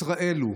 ישראל הוא.